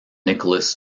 nicholas